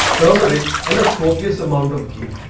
turmeric, and a copious amount of ghee.